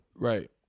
Right